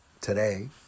today